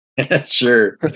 Sure